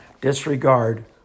disregard